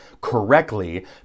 correctly